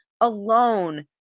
alone